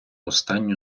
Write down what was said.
останню